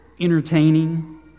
entertaining